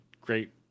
great